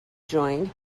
joined